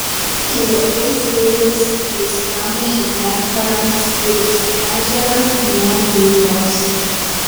kilo ir slėgis kuris pramušė pertvarą skyrusią ežerą nuo jūros